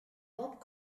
bob